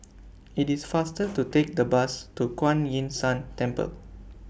IT IS faster to Take The Bus to Kuan Yin San Temple